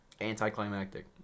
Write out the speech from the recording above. Anticlimactic